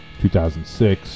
2006